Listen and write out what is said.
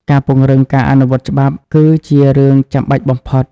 ការពង្រឹងការអនុវត្តច្បាប់ គឺជារឿងចាំបាច់បំផុត។